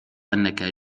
أنك